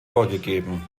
vorgegeben